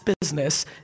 business